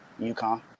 UConn